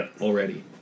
already